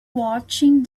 watching